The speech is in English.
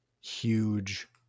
huge